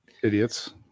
idiots